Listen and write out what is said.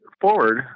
forward